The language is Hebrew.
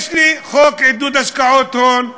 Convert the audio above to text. יש לי חוק עידוד השקעות הון,